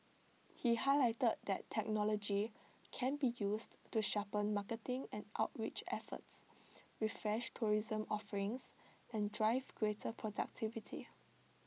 he highlighted that technology can be used to sharpen marketing and outreach efforts refresh tourism offerings and drive greater productivity